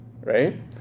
right